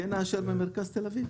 כן נאשר במרכז תל אביב?